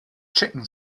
chicken